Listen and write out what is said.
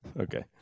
Okay